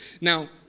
Now